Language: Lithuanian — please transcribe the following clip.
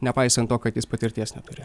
nepaisant to kad jis patirties neturi